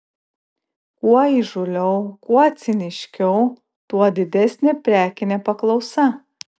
kuo įžūliau kuo ciniškiau tuo didesnė prekinė paklausa